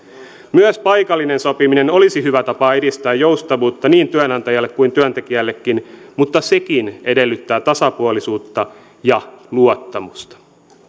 myös paikallinen sopiminen olisi hyvä tapa edistää joustavuutta niin työnantajalle kuin työntekijällekin mutta sekin edellyttää tasapuolisuutta ja luottamusta